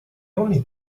only